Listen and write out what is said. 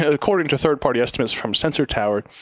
according to third party estimates from sensor tower,